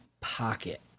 pocket